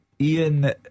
Ian